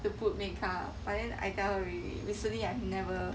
to put make up but then I tell her already recently I never